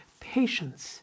patience